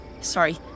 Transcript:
sorry